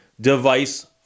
device